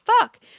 fuck